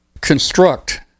construct